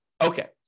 Okay